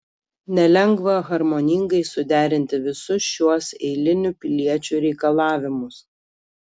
nelengva harmoningai suderinti visus šiuos eilinių piliečių reikalavimus